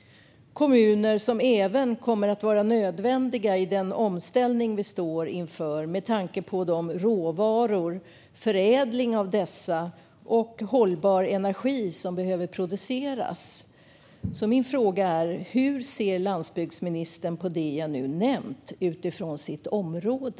är kommuner som kommer att vara nödvändiga i den omställning som vi står inför, med tanke på de råvaror - och förädlingen av dessa - och den hållbara energi som behöver produceras. Min fråga är: Hur ser landsbygdsministern på det jag nu nämnt utifrån sitt område?